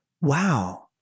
wow